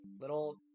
little